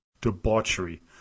debauchery